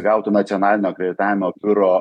gautų nacionalinio akreditavimo biuro